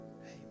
Amen